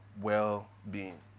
well-being